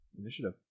Initiative